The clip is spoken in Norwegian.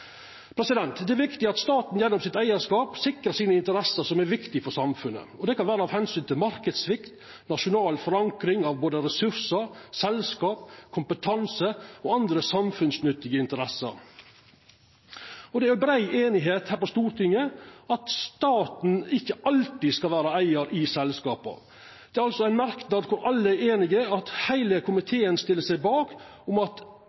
Det er viktig at staten gjennom sin eigarskap sikrar interessene som er viktige for samfunnet. Det kan vera av omsyn til marknadssvikt, nasjonal forankring av ressursar, selskap, kompetanse og andre samfunnsnyttige interesser. Det er brei einigheit her på Stortinget om at staten ikkje alltid skal vera eigar i selskapa. Det er altså ein merknad der alle er einige – heile komiteen stiller seg bak – om at